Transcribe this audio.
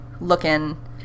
looking